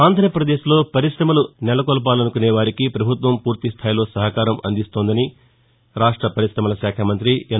ఆంధ్రప్రదేశ్లో పరిశమలు నెలకొల్పాలనుకొనే వారికి ప్రభుత్వం పూర్తిస్థాయిలో సహకారం అందిస్తోందని రాష్టపర్శిశమల శాఖ మంత్రి ఎన్